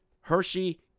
Hershey